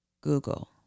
Google